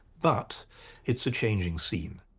but it's a changing scene.